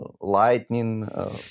lightning